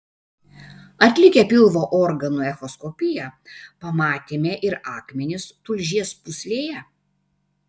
atlikę pilvo organų echoskopiją pamatėme ir akmenis tulžies pūslėje